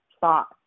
thoughts